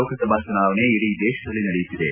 ಲೋಕಸಭಾ ಚುನಾವಣೆ ಇಡೀ ದೇಶದಲ್ಲಿ ನಡೆಯುತ್ತಿದೆ